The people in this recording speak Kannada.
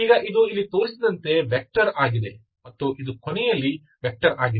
ಈಗ ಇದು ಇಲ್ಲಿ ತೋರಿಸಿದಂತೆ ವೆಕ್ಟರ್ ಆಗಿದೆ ಮತ್ತು ಇದು ಕೊನೆಯಲ್ಲಿ ವೆಕ್ಟರ್ ಆಗಿದೆ